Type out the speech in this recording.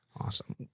awesome